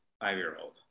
five-year-old